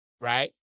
right